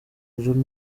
village